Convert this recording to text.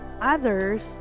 others